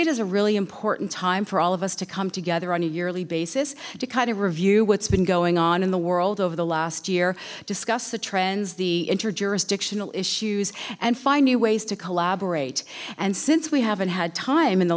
it as a really important time for all of us to come together on a yearly basis to kind of review what's been going on in the world over the last year discuss the trends the interjurisdictional issues and find new ways to collaborate and since we haven't had time in the